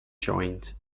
joint